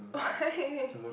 why